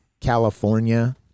California